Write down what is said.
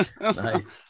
Nice